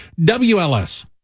wls